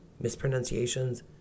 mispronunciations